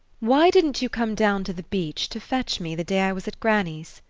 why didn't you come down to the beach to fetch me, the day i was at granny's?